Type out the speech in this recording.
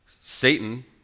Satan